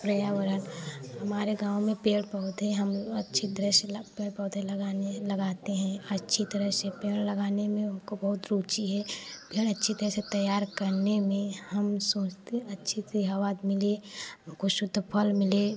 पर्यावरण हमारे गाँव में पेड़ पौधे हम अच्छी दृश्य लग पेड़ पौधे लगाने लगाते हैं अच्छी तरह से पेड़ लगाने में हमको बहुत रुचि है पेड़ अच्छी तरह से तैयार करने में हम सोचते अच्छी से हवा द मिले हमको शुद्ध फल मिले